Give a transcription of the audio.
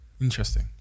Interesting